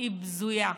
היא בזויה.